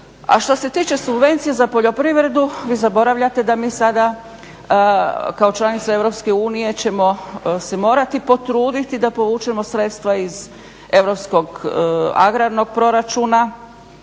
A što se tiče subvencija za poljoprivredu, vi zaboravljate da mi sada kao članica EU ćemo se morati potruditi da povučemo sredstva iz europskog